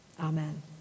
Amen